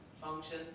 function